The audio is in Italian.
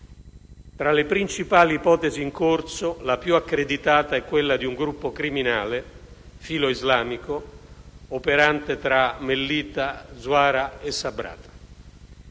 Tra le principali ipotesi in corso, la più accreditata è quella di un gruppo criminale filoislamico operante tra Mellitah, Zuara e Sabrata.